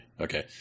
Okay